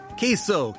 queso